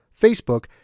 Facebook